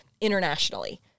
internationally